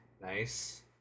Nice